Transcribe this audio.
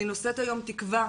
אני נושאת היום תקווה,